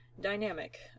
dynamic